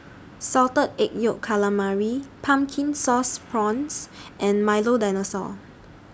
Salted Egg Yolk Calamari Pumpkin Sauce Prawns and Milo Dinosaur